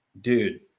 Dude